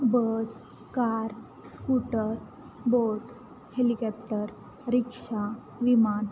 बस car scooter boat helicopter rickshaw विमान